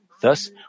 Thus